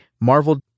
Marvel